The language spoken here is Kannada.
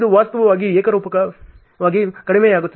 ಇದು ವಾಸ್ತವವಾಗಿ ಏಕರೂಪವಾಗಿ ಕಡಿಮೆಯಾಗುತ್ತಿದೆ